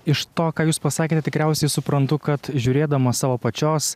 iš to ką jūs pasakėte tikriausiai suprantu kad žiūrėdama savo pačios